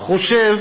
שחושב